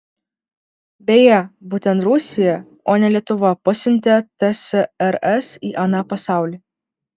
beje būtent rusija o ne lietuva pasiuntė tsrs į aną pasaulį